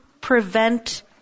prevent